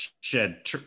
shed